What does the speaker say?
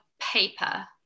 paper